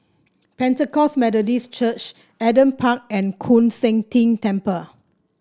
Pentecost Methodist Church Adam Park and Koon Seng Ting Temple